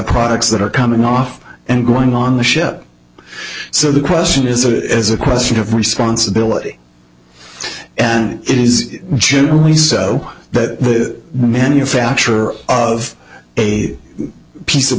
products that are coming off and going on the ship so the question is it is a question of responsibility and it is generally so that manufacturer of a piece of